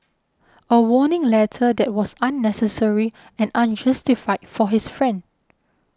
a warning letter that was unnecessary and unjustified for his friend